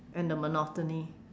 and the monotony